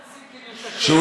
מתי אנחנו עושים קידוש השם?